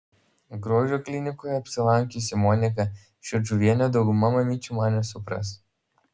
grožio klinikoje apsilankiusi monika šedžiuvienė dauguma mamyčių mane supras